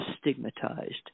stigmatized